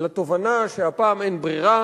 לתובנה שהפעם אין ברירה